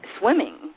swimming